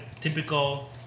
typical